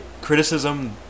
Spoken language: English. criticism